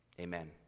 amen